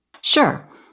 Sure